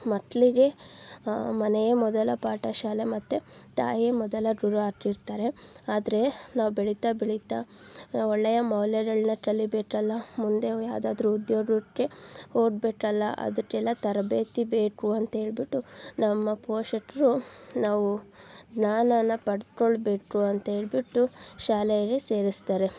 ಮಕ್ಕಳಿಗೆ ಮನೆಯೇ ಮೊದಲ ಪಾಠಶಾಲೆ ಮತ್ತು ತಾಯಿಯೇ ಮೊದಲ ಗುರು ಆಗಿರ್ತಾರೆ ಆದರೆ ನಾವು ಬೆಳೀತಾ ಬೆಳೀತಾ ನಾವು ಒಳ್ಳೆಯ ಮೌಲ್ಯಗಳನ್ನ ಕಲಿಯಬೇಕಲ್ಲ ಮುಂದೆ ಯಾವುದಾದ್ರು ಉದ್ಯೋಗಕ್ಕೆ ಹೋಗ್ಬೇಕಲ್ಲ ಅದಕ್ಕೆಲ್ಲ ತರಬೇತಿ ಬೇಕು ಅಂತ ಹೇಳ್ಬಿಟ್ಟು ನಮ್ಮ ಪೋಷಕರು ನಾವು ಜ್ಞಾನನ ಪಡೆದ್ಕೊಳ್ಬೇಕು ಅಂತೇಳಿಬಿಟ್ಟು ಶಾಲೆಗೆ ಸೇರಿಸ್ತಾರೆ